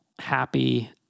happy